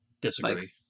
Disagree